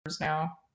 now